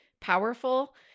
powerful